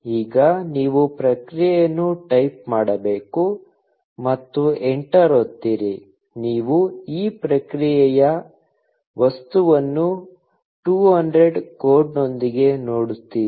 ಈಗ ನೀವು ಪ್ರತಿಕ್ರಿಯೆಯನ್ನು ಟೈಪ್ ಮಾಡಬೇಕು ಮತ್ತು ಎಂಟರ್ ಒತ್ತಿರಿ ನೀವು ಈ ಪ್ರತಿಕ್ರಿಯೆಯ ವಸ್ತುವನ್ನು 200 ಕೋಡ್ನೊಂದಿಗೆ ನೋಡುತ್ತೀರಿ